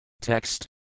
Text